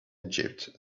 egypt